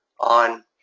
on